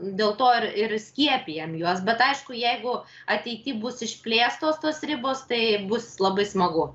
dėl to ir ir skiepijam juos bet aišku jeigu ateity bus išplėstos tos ribos tai bus labai smagu